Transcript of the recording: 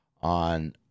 on